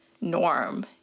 norm